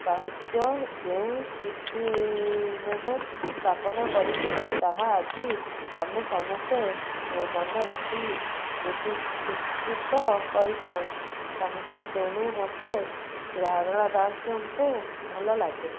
ସାହିତ୍ୟ ଯେଉଁ କୀର୍ତ୍ତି ମାନ ସ୍ଥାପନ କରିଥିଲେ ତାହା ଆଜି ଆମେ ସମସ୍ତେ ମନେରଖି ବିସକୃତ କରିଥାଉ ତେଣୁ ମୋତେ ସାରଳା ଦାସ ଙ୍କୁ ଭଲ ଲାଗେ